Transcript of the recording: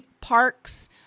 parks